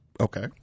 Okay